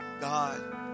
God